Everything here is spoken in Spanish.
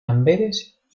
amberes